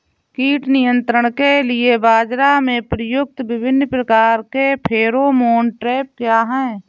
कीट नियंत्रण के लिए बाजरा में प्रयुक्त विभिन्न प्रकार के फेरोमोन ट्रैप क्या है?